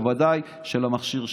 בוודאי של המכשיר שלך.